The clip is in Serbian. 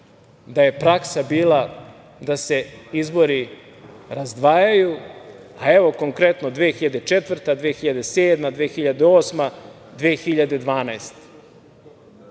da je praksa bila da se izbori razdvajaju, a konkretno 2004, 2007, 2008, 2012.